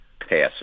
passing